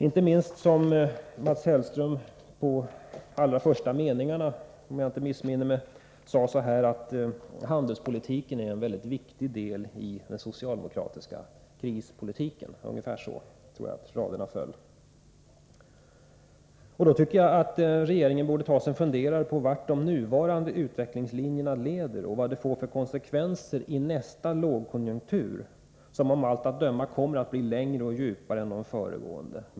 Mats Hellström sade i en av de allra första meningarna, om jag inte missminner mig, att handelspolitiken är en mycket viktig del av den socialdemokratiska krispolitiken. Då tycker jag att regeringen borde ta sig en funderare över vart de nuvarande utvecklingslinjerna leder och vad de får för konsekvenser i nästa lågkonjunktur, som av allt att döma kommer att bli längre och djupare än de föregående lågkonjunkturerna.